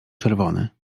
czerwony